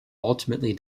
ultimately